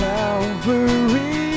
Calvary